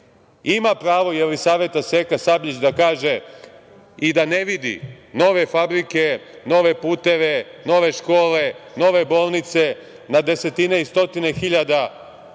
pravo Jelisaveta Seka Sabljić da kaže i da ne vidi nove fabrike, nove puteve, nove škole, nove bolnice, na desetine i stotine hiljada ljudi